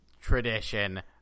tradition